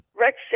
Rex